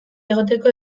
egoteko